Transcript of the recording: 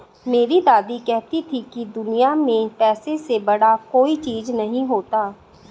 मेरी दादी कहती थी कि दुनिया में पैसे से बड़ा कोई चीज नहीं होता